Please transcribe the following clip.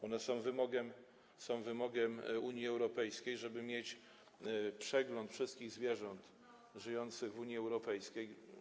One są wymogiem Unii Europejskiej, żeby mieć przegląd wszystkich zwierząt żyjących w Unii Europejskiej.